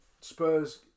Spurs